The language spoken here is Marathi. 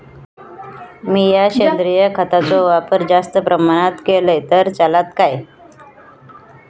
मीया सेंद्रिय खताचो वापर जास्त प्रमाणात केलय तर चलात काय?